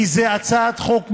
כי זו הצעת חוק מבורכת.